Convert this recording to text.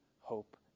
hope